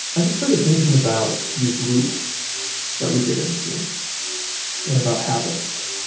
i just started thinking about these loops that we get into and about habits